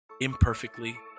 imperfectly